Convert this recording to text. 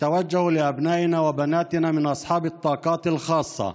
רוצה לפנות אל בנינו ולבנותינו מבעלי היכולות המיוחדות.